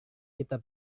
kita